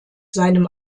seinem